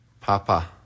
Papa